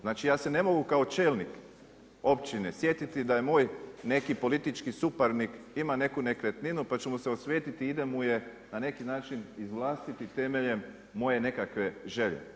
Znači ja se ne mogu kao čelnik općine sjetiti da je moj neki politički suparnik ima neku nekretninu pa ću mu se osvetiti i da mu je na neki način vlastitim temeljem moje nekakve želje.